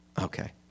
Okay